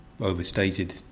overstated